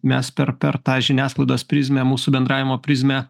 mes per per tą žiniasklaidos prizmę mūsų bendravimo prizmę